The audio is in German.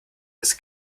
ist